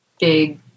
big